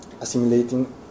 assimilating